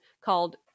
called